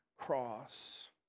cross